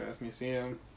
museum